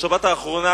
בשבת האחרונה